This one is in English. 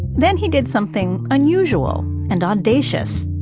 then he did something unusual and audacious.